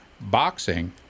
boxing